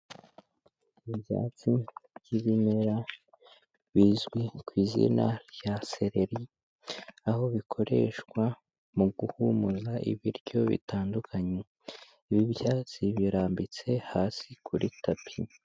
Ibyatsi by'ibimera bizwi ku izina rya sereri, aho bikoreshwa mu guhumuza ibiryo bitandukanye, ibi byatsi birambitse hasi kuri tapi.